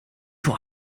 vor